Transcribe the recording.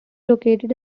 located